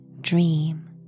dream